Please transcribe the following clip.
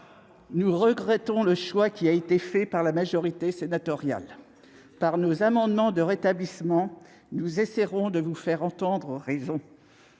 Nous regrettons le choix qui a été fait par la majorité sénatoriale. Par nos amendements de rétablissement, nous essaierons de vous faire entendre raison.